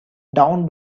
down